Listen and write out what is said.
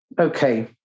Okay